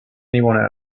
anyone